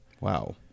Wow